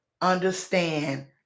understand